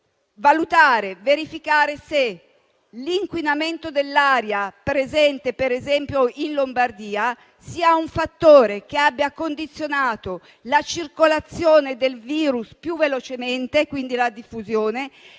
valutare e verificare se l'inquinamento dell'aria, presente per esempio in Lombardia, sia un fattore che abbia reso la circolazione del virus più veloce, condizionandone quindi la diffusione,